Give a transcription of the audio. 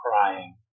crying